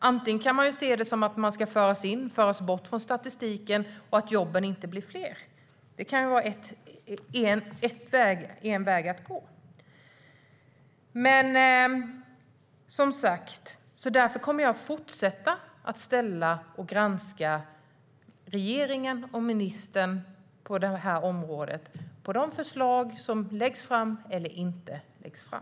Men detta kan också ses som att jobben kommer att föras bort från statistiken och att jobben inte blir fler. Det kan vara en väg att gå. Därför kommer jag att fortsätta att ställa frågor och granska regeringen och ministern på området och vidare de förslag som läggs fram eller inte läggs fram.